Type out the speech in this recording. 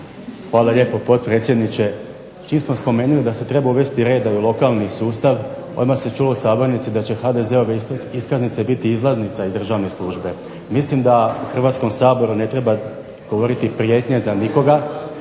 Hvala lijepo potpredsjedniče. Čim smo spomenuli da se treba uvesti reda u lokalni sustav, odmah se čulo u sabornici da će HDZ-ove iskaznice biti izlaznice iz državne službe. Mislim da HRvatskom saboru ne treba govoriti prijetnje za nikoga